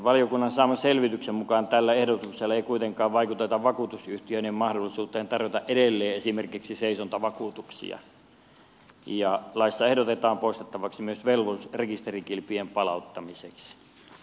valiokunnan saaman selvityksen mukaan tällä ehdotuksella ei kuitenkaan vaikuteta vakuutusyhtiöiden mahdollisuuteen tarjota edelleen esimerkiksi seisontavakuutuksia ja laissa ehdotetaan poistettavaksi myös velvollisuus rekisterikilpien palauttamiseksi